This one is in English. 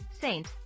Saint